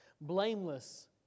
blameless